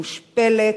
מושפלת,